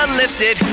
lifted